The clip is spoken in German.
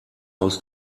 aus